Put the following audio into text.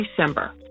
December